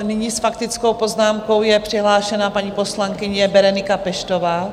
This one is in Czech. Nyní s faktickou poznámkou je přihlášena paní poslankyně Berenika Peštová.